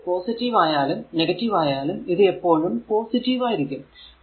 അപ്പോൾ പോസിറ്റീവ് ആയാലും നെഗറ്റീവ് ആയാലും ഇത് എപ്പോഴും പോസിറ്റീവ് ആയിരിക്കും